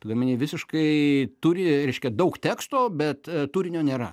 tu gamini visiškai turi reiškia daug teksto bet turinio nėra